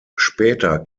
später